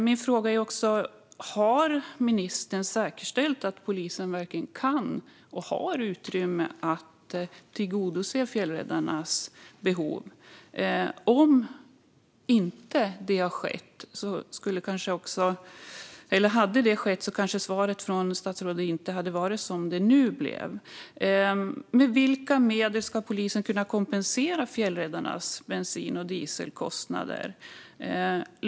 Min fråga är: Har ministern säkerställt att polisen verkligen kan, och har utrymme att, tillgodose fjällräddarnas behov? Hade det skett kanske svaret från statsrådet inte hade varit detsamma som det nu är. Med vilka medel ska polisen kunna kompensera fjällräddarnas bensin och dieselkostnader?